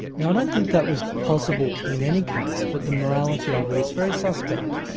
now i don't think that was possible in any case, but the morality of it is very suspect.